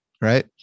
right